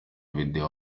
video